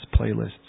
playlists